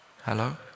Hello